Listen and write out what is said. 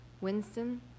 Winston